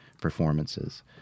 performances